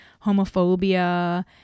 homophobia